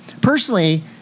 Personally